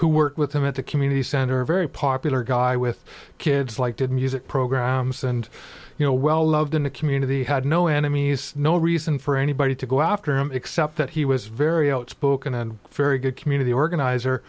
who worked with him at the community center very popular guy with kids like did music programs and you know well loved in the community had no enemies no reason for anybody to go after him except that he was very outspoken and very good community organizer